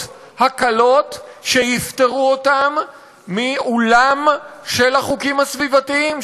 הקלות שיפטרו אותן מעוּלם של החוקים הסביבתיים,